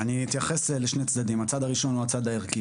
אני אתייחס לשני צדדים: הצד הראשון הוא הצד הערכי